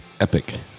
Epic